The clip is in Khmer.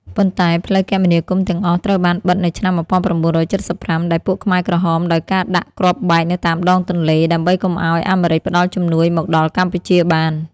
ប៉ុន្តែផ្លូវគមនាគមន៍ទាំងអស់ត្រូវបានបិទនៅឆ្នាំ ១៩៧៥ ដែលពួកខ្មែរក្រហមដោយការដាក់គ្រាប់បែកនៅតាមដងទន្លេ ដើម្បីកុំឲ្យអាមេរិកផ្តល់ជំនួយមកដល់កម្ពុជាបាន។